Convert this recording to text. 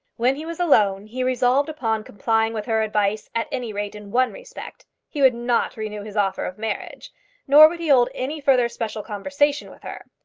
when he was alone he resolved upon complying with her advice, at any rate in one respect. he would not renew his offer of marriage nor would he hold any further special conversation with her.